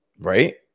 right